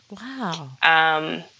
Wow